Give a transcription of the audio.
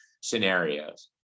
scenarios